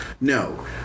no